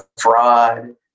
fraud